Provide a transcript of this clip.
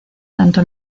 tanto